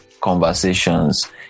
conversations